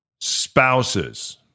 spouses